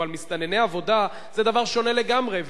אבל מסתנני עבודה זה דבר שונה לגמרי,